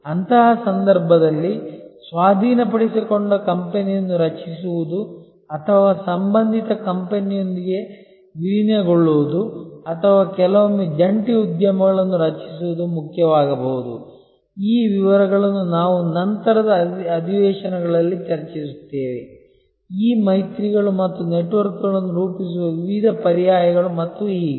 ಅಂತಹ ಸಂದರ್ಭದಲ್ಲಿ ಸ್ವಾಧೀನಪಡಿಸಿಕೊಂಡ ಕಂಪನಿಯನ್ನು ರಚಿಸುವುದು ಅಥವಾ ಸಂಬಂಧಿತ ಕಂಪನಿಯೊಂದಿಗೆ ವಿಲೀನಗೊಳ್ಳುವುದು ಅಥವಾ ಕೆಲವೊಮ್ಮೆ ಜಂಟಿ ಉದ್ಯಮಗಳನ್ನು ರಚಿಸುವುದು ಮುಖ್ಯವಾಗಬಹುದು ಈ ವಿವರಗಳನ್ನು ನಾವು ನಂತರದ ಅಧಿವೇಶನಗಳಲ್ಲಿ ಚರ್ಚಿಸುತ್ತೇವೆ ಈ ಮೈತ್ರಿಗಳು ಮತ್ತು ನೆಟ್ವರ್ಕ್ಗಳನ್ನು ರೂಪಿಸುವ ವಿವಿಧ ಪರ್ಯಾಯಗಳು ಮತ್ತು ಹೀಗೆ